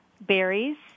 berries